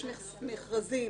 יש מכרזים